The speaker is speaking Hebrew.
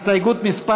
הסתייגות מס'